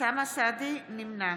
נמנע